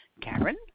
Karen